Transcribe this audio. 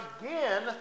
again